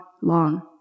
long